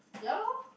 ya lor